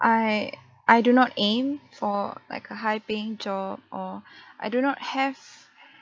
I I do not aim for like a high paying job or I do not have